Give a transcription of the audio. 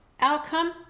outcome